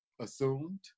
assumed